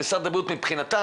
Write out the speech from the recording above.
למשרד הבריאות מבחינתם,